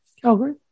Calgary